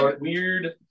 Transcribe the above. weird